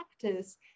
practice